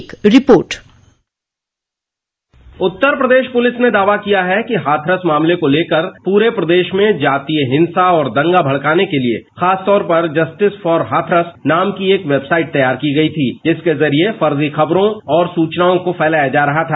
एक रिपोर्ट उत्तर प्रदेश पुलिस ने दावा किया है कि हाथरस मामले को लेकर के प्ररे प्रदेश में जातीय हिंसा और दंगा भड़काने के लिए खासतौर पर जस्टिस फॉर हाथरस नाम की एक वेबसाइट तैयार की गई थी जिसके जरिए फर्जी खबरों और सूचनाओं को फैलाया जा रहा था